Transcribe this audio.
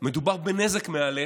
מדובר בנזק מהלך,